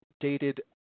dated